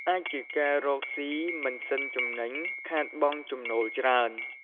អាចជាការរកសុីមិនសិនចំណេញ ខាតបង់ចំណូលច្រើន។